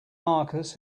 markers